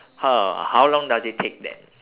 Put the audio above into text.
how how long does it take then